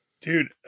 Dude